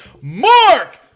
Mark